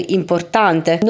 importante